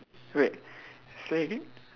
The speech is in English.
wait say again